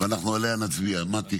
הוא אמר רק לפני כמה ימים.